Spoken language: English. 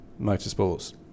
motorsports